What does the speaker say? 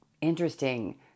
interesting